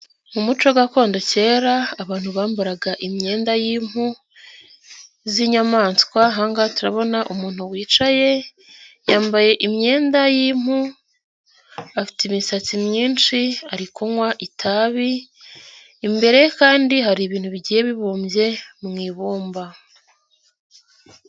Mu muco gakondo kera abantu bambaraga imyenda y'impu z'inyamaswa, aha ngaha turabona umuntu wicaye yambaye imyenda y'impu afite imisatsi myinshi ari kunywa itabi, imbere ye kandi hari ibintu bigiye bibumbye mu ibumba.